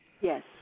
Yes